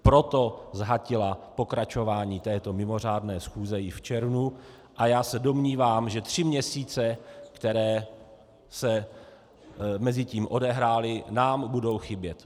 Proto zhatila pokračování této mimořádné schůze i v červnu a já se domnívám, že tři měsíce, které se mezitím odehrály, nám budou chybět.